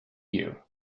you